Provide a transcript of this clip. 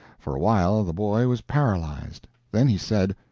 for a while the boy was paralyzed then he said,